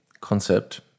concept